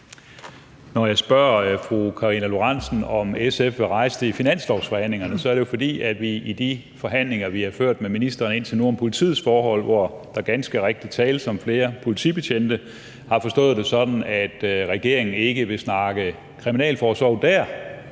Dehnhardt, om SF vil rejse det i finanslovsforhandlingerne, er det jo, fordi vi i de forhandlinger, vi har ført med ministeren indtil nu, om politiets forhold, hvor der ganske rigtigt tales om flere politibetjente, har forstået det sådan, at regeringen ikke vil snakke kriminalforsorg der.